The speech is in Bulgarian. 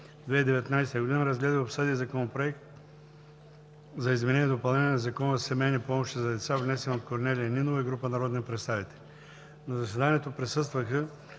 2019 г., разгледа и обсъди Законопроекта за изменение и допълнение на Закона за семейни помощи за деца, внесен от Корнелия Нинова и група народни представители. На заседанието присъстваха: